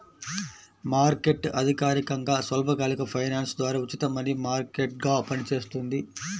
market అధికారికంగా స్వల్పకాలిక finance ద్వారా ఉచిత మనీ మార్కెట్గా పనిచేస్తుంది